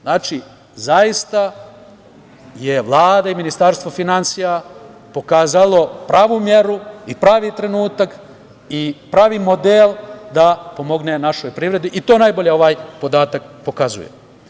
Znači, zaista su Vlada i Ministarstvo finansija pokazali pravu meru i pravi trenutak i pravi model da pomognu našoj privredi i to najbolje ovaj podatak pokazuje.